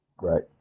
Right